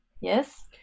yes